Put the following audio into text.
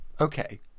Okay